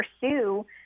pursue